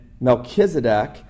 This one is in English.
Melchizedek